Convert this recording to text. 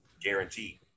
guaranteed